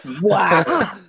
Wow